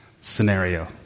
scenario